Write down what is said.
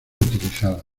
utilizada